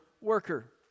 worker